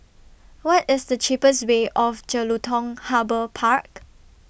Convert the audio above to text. What IS The cheapest Way to Jelutung Harbour Park